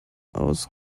aus